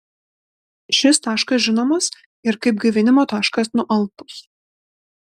šis taškas žinomas ir kaip gaivinimo taškas nualpus